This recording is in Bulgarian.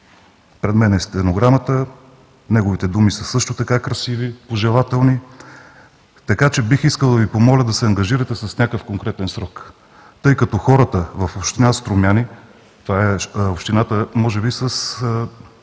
Пред мен е стенограмата. Неговите думи са също така красиви, пожелателни. Бих искал да Ви помоля да се ангажирате с някакъв конкретен срок, тъй като хората в община Струмяни, това е общината може би с